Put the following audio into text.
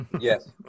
Yes